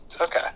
okay